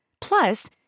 Plus